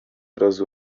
razu